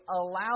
allow